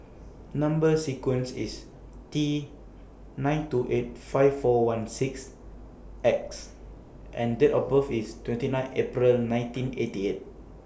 Number sequence IS T nine two eight five four one six X and Date of birth IS twenty nine April nineteen eighty eight